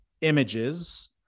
images